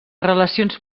relacions